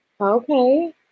Okay